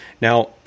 Now